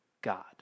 God